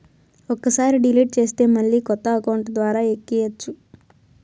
ఒక్కసారి డిలీట్ చేస్తే మళ్ళీ కొత్త అకౌంట్ ద్వారా ఎక్కియ్యచ్చు